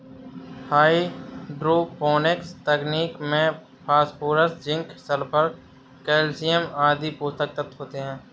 hydroponics तकनीक में phosphorus, zinc, sulphur, calcium आदि पोषक तत्व होते है